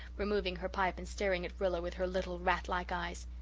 removing her pipe and staring at rilla with her little, rat-like eyes.